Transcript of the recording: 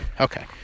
Okay